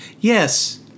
Yes